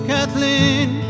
Kathleen